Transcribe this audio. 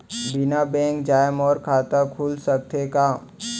बिना बैंक जाए मोर खाता खुल सकथे का?